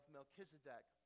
Melchizedek